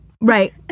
Right